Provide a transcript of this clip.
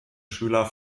schüler